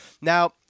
now